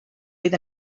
oedd